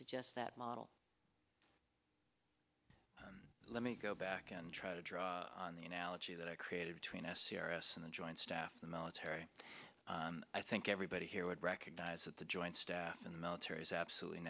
suggest that model let me go back and try to draw on the analogy that i created tween s c r s and the joint staff of the military and i think everybody here would recognize that the joint staff in the military is absolutely